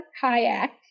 kayak